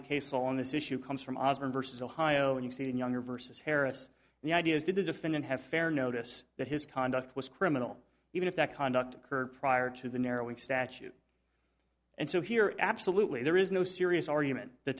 of case law on this issue comes from versus ohio and you see it in younger versus harris the idea is did the defendant have fair notice that his conduct was criminal even if that conduct occurred prior to the narrowing statute and so here absolutely there is no serious argument th